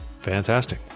Fantastic